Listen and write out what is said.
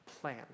plan